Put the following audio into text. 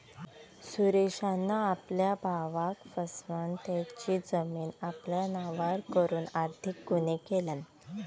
सुरेशान आपल्या भावाक फसवन तेची जमीन आपल्या नावार करून आर्थिक गुन्हो केल्यान